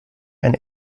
and